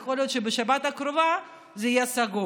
יכול להיות שבשבת הקרובה זה יהיה סגור.